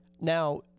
Now